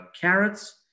carrots